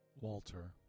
Walter